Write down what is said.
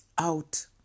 Out